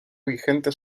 vigente